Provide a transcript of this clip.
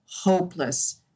hopeless